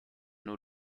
nur